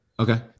Okay